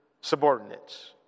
subordinates